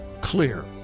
clear